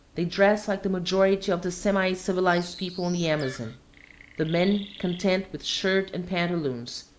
they dress like the majority of the semi-civilized people on the amazon the men content with shirt and pantaloons,